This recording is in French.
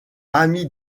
ami